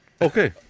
Okay